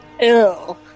Ew